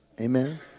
Amen